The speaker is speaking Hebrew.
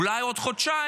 אולי עוד חודשיים?